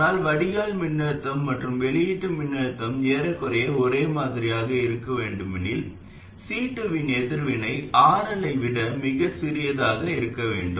ஆனால் வடிகால் மின்னழுத்தம் மற்றும் வெளியீட்டு மின்னழுத்தம் ஏறக்குறைய ஒரே மாதிரியாக இருக்க வேண்டுமெனில் C2 இன் எதிர்வினை RL ஐ விட மிகச் சிறியதாக இருக்க வேண்டும்